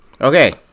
Okay